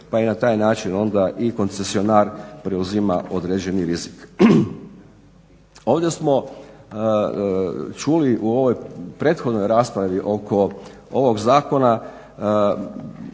pa i na taj način onda i koncesionar preuzima određeni rizik. Ovdje smo čuli u ovoj prethodnoj raspravi oko ovog zakona